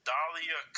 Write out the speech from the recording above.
Dahlia